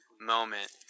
moment